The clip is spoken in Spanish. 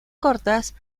cortas